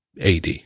AD